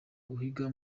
uhiga